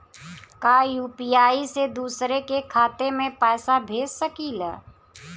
का यू.पी.आई से दूसरे के खाते में पैसा भेज सकी ले?